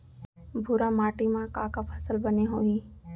भूरा माटी मा का का फसल बने होही?